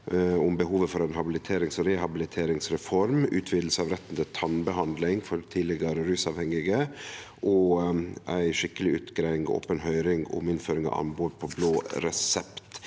om behovet for ei habiliterings- og rehabiliteringsreform, om utviding av retten til tannbehandling for tidlegare rusavhengige og om ei skikkeleg utgreiing og open høyring om innføring av anbod på blå resept.